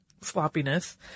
sloppiness